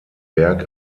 berg